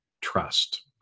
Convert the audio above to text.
trust